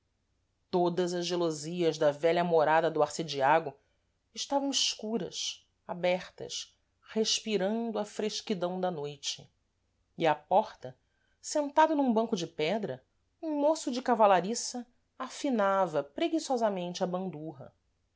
todas as gelosias da vélha morada do arcediago estavam escuras abertas respirando a fresquidão da noite e à porta sentado num banco de pedra um môço de cavalariça afinava preguiçosamente a bandurra